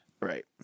right